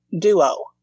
duo